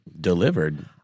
delivered